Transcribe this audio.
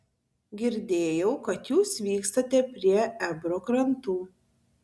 girdėjau kad jūs vykstate prie ebro krantų